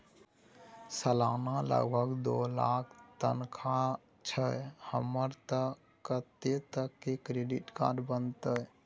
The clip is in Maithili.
सलाना लगभग दू लाख तनख्वाह छै हमर त कत्ते तक के क्रेडिट कार्ड बनतै?